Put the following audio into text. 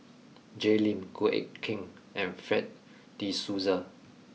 Jay Lim Goh Eck Kheng and Fred de Souza